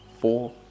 four